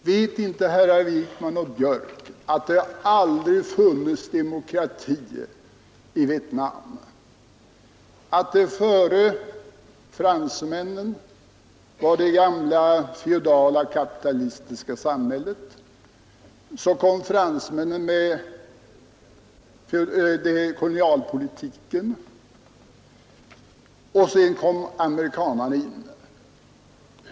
Vet inte herrar Wijkman och Björck i Nässjö att det aldrig har funnits demokratier i Vietnam, att det före fransmännen fanns ett gammalt feodalt kapitalistiskt samhälle där? Så kom fransmännen med kolonialpolitiken, och sedan kom amerikanerna.